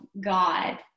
God